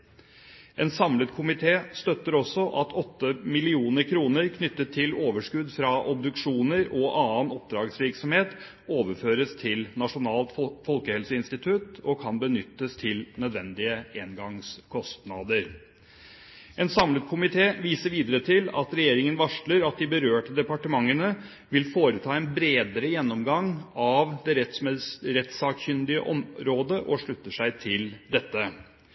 En samlet komité støtter også at 11 mill. kr knyttet til overskudd fra obduksjoner og annen oppdragsvirksomhet overføres til Nasjonalt folkehelseinstitutt og kan benyttes til nødvendige engangskostnader. En samlet komité viser videre til at regjeringen varsler at de berørte departementene vil foreta en bredere gjennomgang av det rettssakkyndige området, og slutter seg til dette.